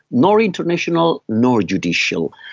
nor international, nor judicial.